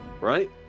Right